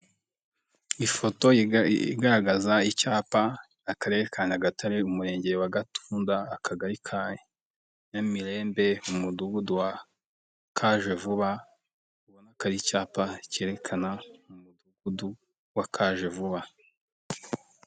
Ifoto igaragaza icyapa Akarere ka Nyagatare, Umurenge wa Gatunda, Akagari ka Nyamirembe mu Mudugudu wa Kajevuba, ubona ko ari icyapa kerekana Umudugudu wa Kajevuba.